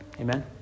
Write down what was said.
Amen